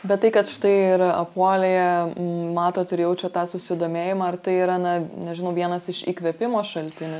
bet tai kad štai ir apuolėje matot ir jaučiat tą susidomėjimą ar tai yra na nežinau vienas iš įkvėpimo šaltinių